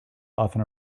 often